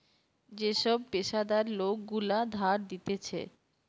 যে সব পেশাদার লোক গুলা ধার দিতেছে